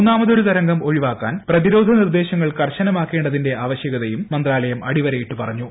മൂന്നാമതൊരു തരംഗം ഒഴിവാക്കാൻ പ്രതിരോധ നിർദ്ദേശങ്ങൾ കർശനമാക്കേണ്ടതിന്റെ ആവശ്യകതയും മന്ത്രാലയം അടിവരയിട്ടു പറഞ്ഞു